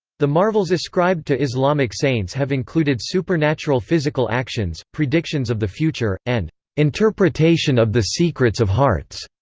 the marvels ascribed to islamic saints have included supernatural physical actions, predictions of the future, and interpretation of the secrets of hearts.